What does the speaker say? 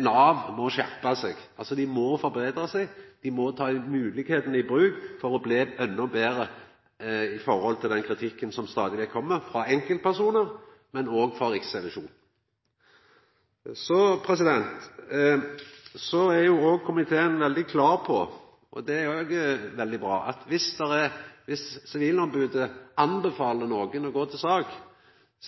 Nav må skjerpa seg. Dei må forbetra seg, og dei må ta moglegheitene i bruk for å bli endå betre når det gjeld den kritikken som stadig vekk kjem frå enkeltpersonar, men òg frå Riksrevisjonen. Så er komiteen veldig klar på – og det er òg veldig bra – at dersom sivilombodet anbefaler nokon å gå til sak,